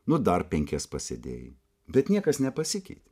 nu dar penkias pasėdėjai bet niekas nepasikeitė